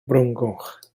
frowngoch